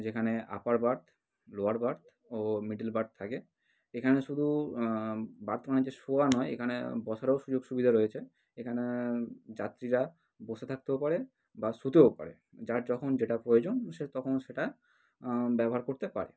যেখানে upper berth lower berth ও middle berth থাকে এখানে শুধু বার্থ মানে যে শোয়া নয় এখানে বসারও সুযোগ সুবিধা রয়েছে এখানে যাত্রীরা বসে থাকতেও পারেন বা শুতেও পারে যার যখন যেটা প্রয়োজন সে তখন সেটা ব্যবহার করতে পারে